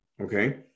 okay